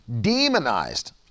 demonized